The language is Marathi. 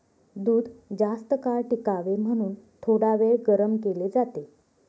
दूध जास्तकाळ टिकावे म्हणून थोडावेळ गरम केले जाते